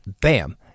Bam